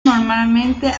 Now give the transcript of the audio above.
normalmente